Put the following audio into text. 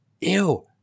Ew